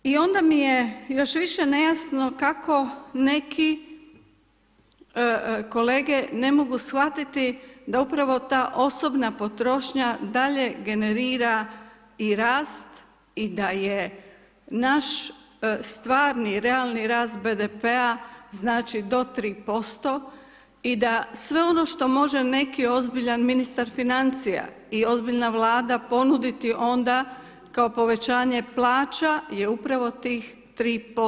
I onda mi je još više nejasno kako neki, kolege, ne mogu shvatit da upravo ta osobna potrošnja dalje generira i rast i da je naš stvarni i realni rast BDP-a do 3% i da sve ono što može neki ozbiljan ministar financija i ozbiljna vlada ponuditi onda kao povećanje plaća je upravo tih 3%